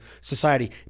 society